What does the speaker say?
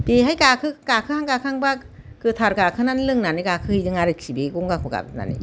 बेहाय गाखोहां गाखोहांबा गोथार गाखोनानै लोंनानै गाखोहैदों आरोखि बे गंगाखौ गाबज्रिनानै